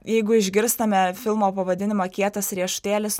jeigu išgirstame filmo pavadinimą kietas riešutėlis